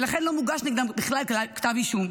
ולכן בכלל לא מוגש נגדם כתב אישום,